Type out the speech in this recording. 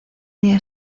día